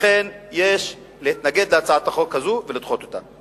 לכן יש להתנגד להצעת החוק הזאת ולדחות אותה.